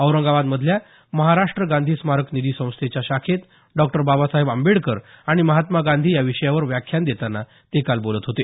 औरंगाबादमधल्या महाराष्ट गांधी स्मारक निधी संस्थेच्या शाखेत डॉक्टर बाबासाहेब आंबेडकर आणि महात्मा गांधी या विषयावर व्याख्यान देताना ते बोलत होते